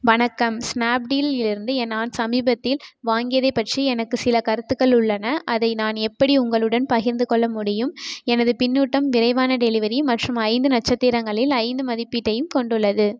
வணக்கம் ஸ்னாப்டீல் இலிருந்து நான் சமீபத்தில் வாங்கியதை பற்றி எனக்கு சில கருத்துக்கள் உள்ளன அதை நான் எப்படி உங்களுடன் பகிர்ந்து கொள்ள முடியும் எனது பின்னூட்டம் விரைவான டெலிவரி மற்றும் ஐந்து நட்சத்திரங்களில் ஐந்து மதிப்பீட்டையும் கொண்டுள்ளது